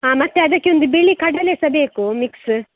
ಹಾಂ ಮತ್ತೆ ಅದಕ್ಕೆ ಒಂದು ಬಿಳಿ ಕಡಲೆ ಸಹ ಬೇಕು ಮಿಕ್ಸ್